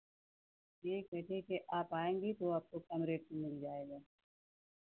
ठीक है ठीक है आप आएंगी तो आपको कम रेट में मिल जाएगा